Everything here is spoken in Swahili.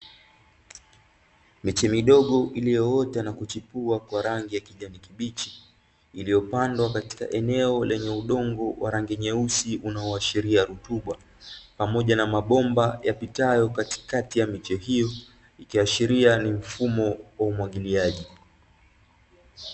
Miche midogo iliyoota na kuchipua kwa rangi ya kijani kibichi, iliyo pandwa katika eneo lenye udongo wa rangi nyeusi, unaoashiria rutuba pamoja na mabomba yapitayo katikati ya miche hiyo ikiashiria ni mifumo ya umwagiliaji.